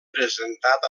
presentat